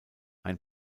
ein